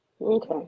Okay